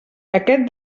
aquest